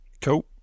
Cool